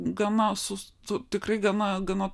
gana su tu tikrai gana gana